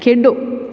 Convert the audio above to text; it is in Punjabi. ਖੇਡੋ